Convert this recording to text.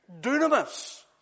Dunamis